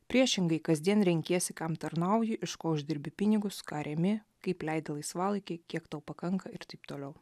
priešingai kasdien renkiesi kam tarnauji iš ko uždirbi pinigus ką remi kaip leidi laisvalaikį kiek tau pakanka ir taip toliau